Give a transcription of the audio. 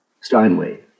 Steinway